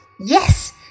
Yes